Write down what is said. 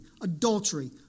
adultery